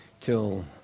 Till